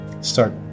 start